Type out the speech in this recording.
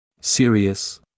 Serious